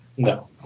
No